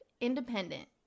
independent